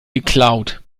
geklaut